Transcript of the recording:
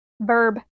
verb